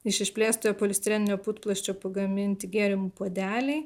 iš išplėstojo polistireninio putplasčio pagaminti gėrimų puodeliai